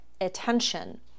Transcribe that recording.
attention